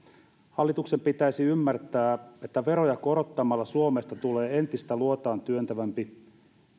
hallituksen pitäisi ymmärtää että veroja korottamalla suomesta tulee entistä luotaantyöntävämpi